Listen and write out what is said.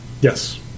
Yes